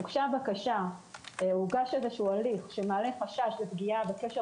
הוגשה בקשה או הליך שמעלה חשש לפגיעה בקשר